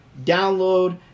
download